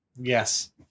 Yes